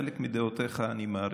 חלק מדעותיך אני מעריך,